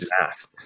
math